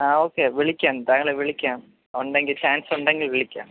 ആ ഓക്കെ വിളിക്കാം താങ്കളെ വിളിക്കാം ഉണ്ടെങ്കിൽ ചാൻസ് ഉണ്ടെങ്കിൽ വിളിക്കാം